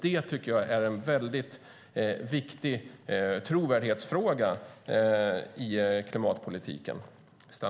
Det är en viktig trovärdighetsfråga i klimatpolitiken.